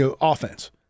offense